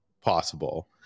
possible